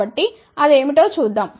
కాబట్టి అది ఏమిటో చూద్దాం